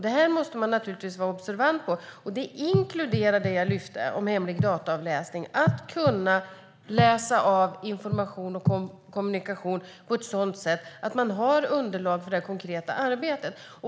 Detta måste vi vara observanta på, och det inkluderar det jag lyfte upp om hemlig dataavläsning, att kunna läsa av information och kommunikation på ett sådant sätt att man har underlag för det konkreta arbetet.